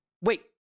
Wait